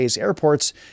airports